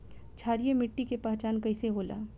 क्षारीय मिट्टी के पहचान कईसे होला?